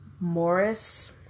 Morris